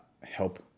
help